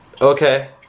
Okay